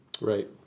Right